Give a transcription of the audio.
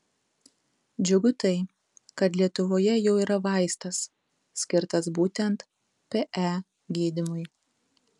džiugu tai kad lietuvoje jau yra vaistas skirtas būtent pe gydymui